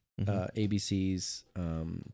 ABCs